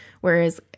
whereas